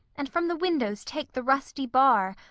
and from the windows take the rusty bar,